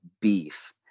beef